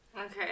Okay